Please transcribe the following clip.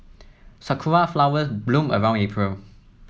sakura flowers bloom around April